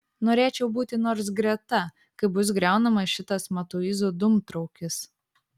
norėčiau būti nors greta kai bus griaunamas šitas matuizų dūmtraukis